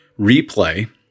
replay